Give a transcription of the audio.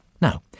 Now